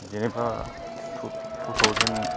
जेन'बा two thousand